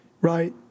right